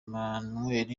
emmanuel